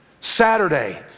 Saturday